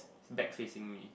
back facing me